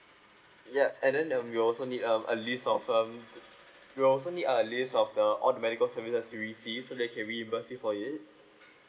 yup and then um we'll also need um a list of um the we'll also need a list of the all the medical services you received so that we can reimburse you for it